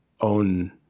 own